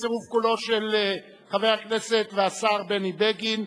בצירוף קולו של חבר הכנסת והשר בני בגין,